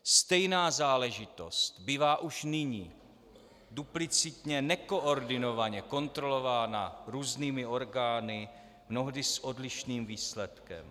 Stejná záležitost bývá už nyní duplicitně, nekoordinovaně kontrolována různými orgány, mnohdy s odlišným výsledkem.